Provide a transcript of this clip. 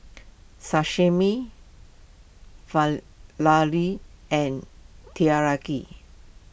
Sashimi and Teriyaki